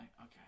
okay